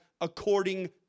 according